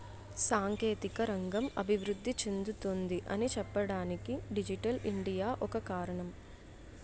సాంకేతిక రంగం అభివృద్ధి చెందుతుంది అని చెప్పడానికి డిజిటల్ ఇండియా ఒక కారణం